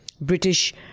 British